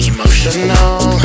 Emotional